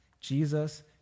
Jesus